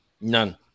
none